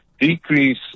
decrease